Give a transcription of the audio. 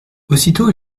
aussitôt